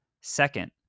Second